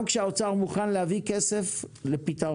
וגם כאשר האוצר מוכן להביא כסף לפתרון,